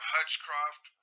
Hutchcroft